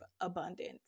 abundance